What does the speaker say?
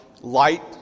light